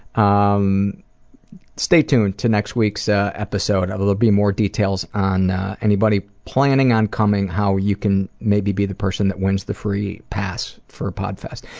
um stay tuned to next week's episode, there will be more details on anybody planning on coming how you can maybe be the person that wins the free pass for podfest.